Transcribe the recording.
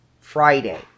Friday